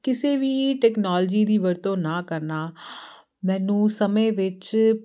ਕਿਸੇ ਵੀ ਟੈਕਨੋਲੋਜੀ ਦੀ ਵਰਤੋਂ ਨਾ ਕਰਨਾ ਮੈਨੂੰ ਸਮੇਂ ਵਿੱਚ